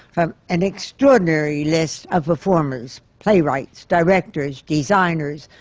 um an extraordinary list of performers, playwrights, directors, designers,